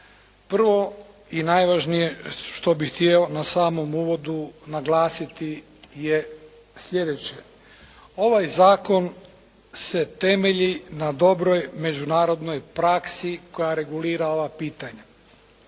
Prvo i najvažnije što bih htio na samom uvodu naglasiti je sljedeće. Ovaj zakon se temelji na dobroj međunarodnoj praksi koja regulira ova pitanja.